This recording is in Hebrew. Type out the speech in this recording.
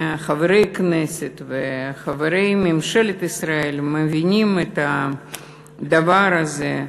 חברי כנסת וחברי ממשלת ישראל מבינים את הדבר הזה,